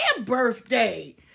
birthday